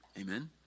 Amen